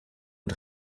und